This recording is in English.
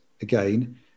Again